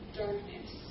darkness